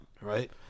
right